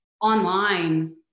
online